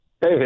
Hey